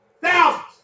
Thousands